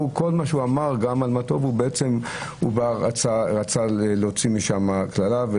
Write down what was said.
גם מה שאמר על מה טובו, רצה להוציא משם קללה.